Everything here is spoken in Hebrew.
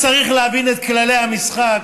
אז צריך להבין את כללי המשחק,